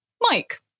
Mike